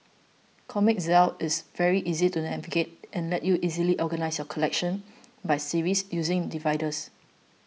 Comic Zeal is very easy to navigate and lets you easily organise your collection by series using dividers